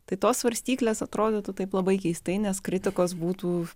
tai tos svarstyklės atrodytų taip labai keistai nes kritikos būtų